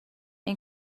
این